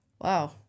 wow